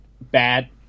bad